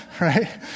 Right